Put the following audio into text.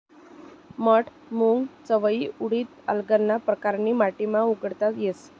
मठ, मूंग, चवयी, उडीद आल्लग परकारनी माटीमा उगाडता येस